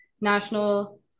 National